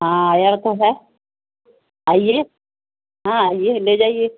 ہاں ایا تو ہے آئیے ہاں آئیے لے جائیے